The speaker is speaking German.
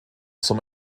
zum